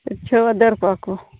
ᱯᱤᱲᱪᱷᱟᱹᱣ ᱟᱫᱮᱨ ᱠᱚᱣᱟᱠᱚ